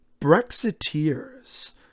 Brexiteers